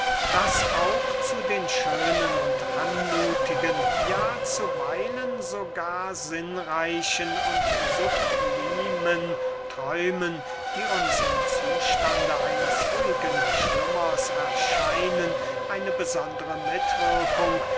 daß auch zu den schönen und anmuthigen ja zuweilen sogar sinnreichen und sublimen träumen die uns im zustande eines ruhigen schlummers erscheinen eine besondere